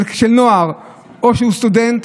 של נוער או שהוא סטודנט,